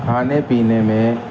کھانے پینے میں